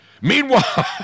Meanwhile